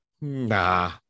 nah